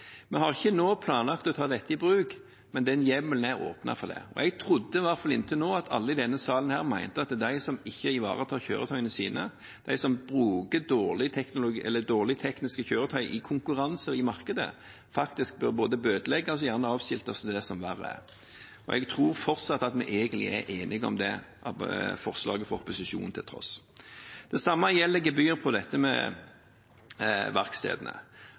Vi har ikke planlagt å ta dette i bruk nå, men denne hjemmelen åpner for det. Jeg trodde – i hvert fall inntil nå – at alle i denne salen mente at de som ikke ivaretar kjøretøyene sine, de som bruker teknisk dårlige kjøretøy i konkurranse i markedet, faktisk både bør bøtelegges og gjerne avskiltes og det som verre er. Jeg tror fortsatt at vi egentlig er enige om det – forslaget fra opposisjonen til tross. Det samme gjelder gebyr